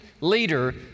leader